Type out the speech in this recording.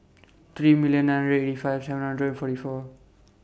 three million nine hundred eighty five seven hundred and forty four